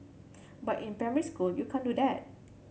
but in primary school you can't do that